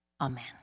amen